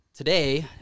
Today